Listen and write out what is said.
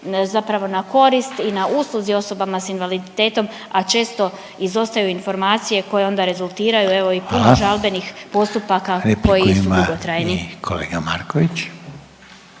zapravo na korist i na usluzi osobama s invaliditetom, a često izostaju informacije koje onda rezultiraju, evo i puno …/Upadica Reiner: Hvala./… žalbenih postupaka koji su dugotrajni. **Reiner, Željko